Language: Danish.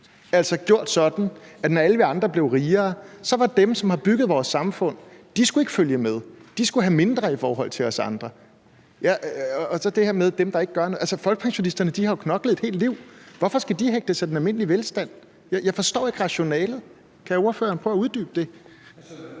altså gjort det sådan, at når alle vi andre blev rigere, skulle dem, der har bygget vores samfund, ikke følge med. De skulle have mindre i forhold til os andre. Så tales der om det her med dem, der ikke gør noget, altså folkepensionisterne har jo knoklet et helt liv. Hvorfor skal de hægtes af den almindelige velstand? Jeg forstår ikke rationalet. Kan hr. Søren Pape Poulsen prøve at uddybe det?